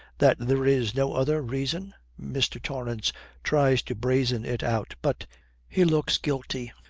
that there is no other reason mr. torrance tries to brazen it out, but he looks guilty.